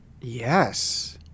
Yes